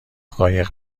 قایق